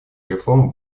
реформ